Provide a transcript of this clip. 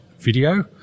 video